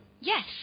Yes